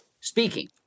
speaking